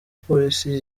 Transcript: polisi